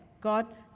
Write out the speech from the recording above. God